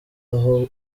aho